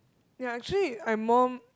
ya actually I'm more